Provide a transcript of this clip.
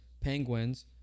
Penguins